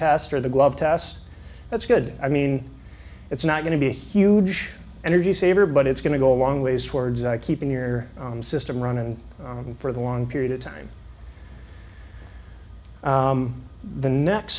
test or the glove test that's good i mean it's not going to be a huge energy saver but it's going to go a long ways towards keeping your system run and for the long period of time the next